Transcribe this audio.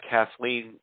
Kathleen